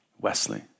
Wesley